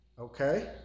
Okay